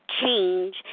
change